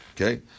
Okay